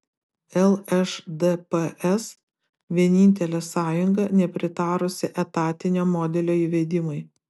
lšdps vienintelė sąjunga nepritarusi etatinio modelio įvedimui